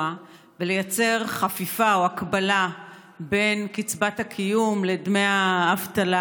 ולייצר חפיפה או הקבלה בין קצבת הקיום לדמי האבטלה.